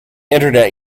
internet